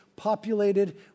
populated